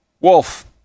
Wolf